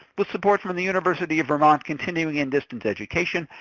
with support from the university of vermont continuing and distance education,